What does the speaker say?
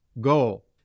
goal